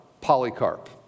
Polycarp